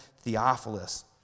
Theophilus